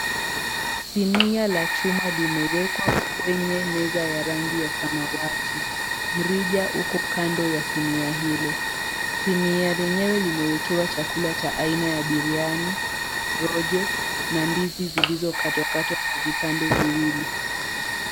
Sinia la chuma limewekwa kwenye meza ya rangi ya samawati. Mrija uko kando ya sinia hilo. Sinia lenyewe limewekewa chakula cha aina ya biriani, rojo na ndizi zilizokatwakatwa kwa vipande viwili.